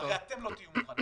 הרי אתם לא תהיו מוכנים.